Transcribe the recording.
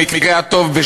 במקרה הטוב,